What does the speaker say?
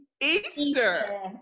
Easter